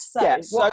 Yes